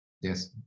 Yes